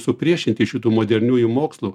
supriešinti šitų moderniųjų mokslų